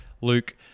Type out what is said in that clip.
Luke